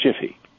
jiffy